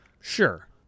Sure